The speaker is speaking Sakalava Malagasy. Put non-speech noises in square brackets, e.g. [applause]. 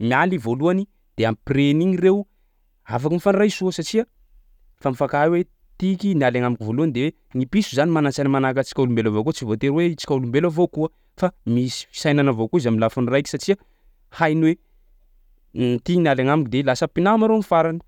mialy i voalohany de après an'igny reo afaky mifandray soa satsia fa mifankahay hoe tiky nialy agnamiko voalohany de hoe ny piso zany manan-tsaina manahaka antsika olombelo avao koa tsy voatery hoe tsika olombelo avao koa fa misy fisainana avao koa izy am'lafiny raiky satsia hainy hoe [hesitation] ty nialy agnamiko de lasa mpinama reo am'farany.